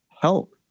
help